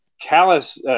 Callus